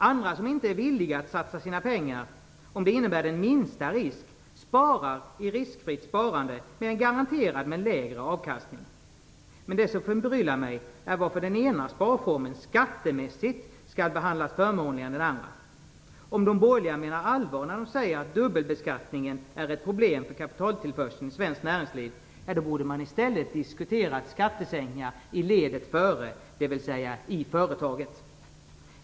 Andra som inte är villiga att satsa sina pengar, om det innebär den minsta risk, sparar i riskfritt sparande med en garanterad men lägre avkastning. Det som förbryllar mig är varför den ena sparformen skattemässigt skall behandlas förmånligare än den andra. Om de borgerliga menar allvar när det säger att dubbelbeskattningen är ett problem för kapitaltillförseln i svenskt näringsliv, borde de i stället diskutera skattesänkningar i ledet före, dvs. i företaget.